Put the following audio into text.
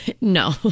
No